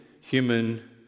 human